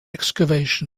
excavation